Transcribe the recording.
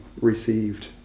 received